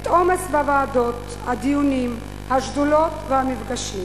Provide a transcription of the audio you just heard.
את העומס בוועדות, הדיונים, השדולות והמפגשים.